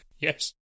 Yes